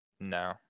No